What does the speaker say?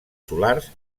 solars